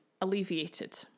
alleviated